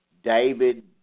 David